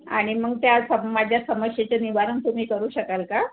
आणि मग त्या सम माझ्या समस्येचे निवारण तुम्ही करू शकाल का